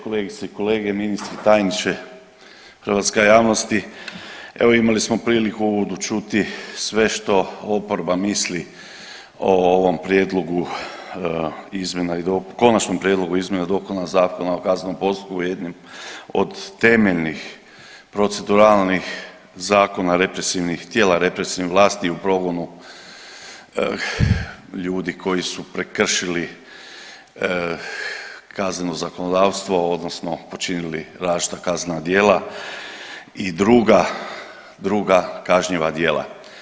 Kolegice i kolege, ministri, tajniče, hrvatska javnosti, evo imali smo priliku u uvodu čuti sve što oporba misli o ovom prijedlogu izmjena i, Konačnom prijedlogu izmjena i dopuna Zakona o kaznenom postupku jednim od temeljnih proceduralnih zakona represivnih, tijela represivne vlasti u progonu ljudi koji su prekršili kazneno zakonodavstvo odnosno počinili različita kaznena djela i druga, druga kažnjiva djela.